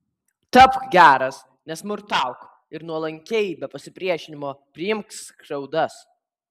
tapk geras nesmurtauk ir nuolankiai be pasipriešinimo priimk skriaudas